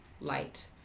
light